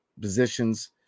positions